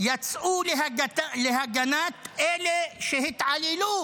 יצאו להגנת אלה שהתעללו